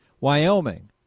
Wyoming